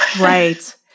Right